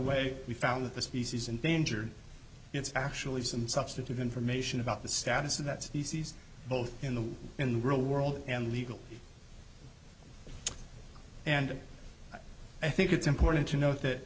way we found the species in danger it's actually some substantive information about the status of that species both in the in the real world and legal and i think it's important to note that